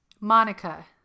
Monica